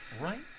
Right